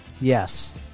Yes